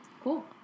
Cool